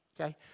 okay